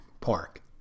Park